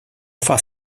faz